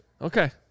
Okay